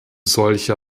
solcher